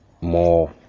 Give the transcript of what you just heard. more